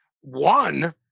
One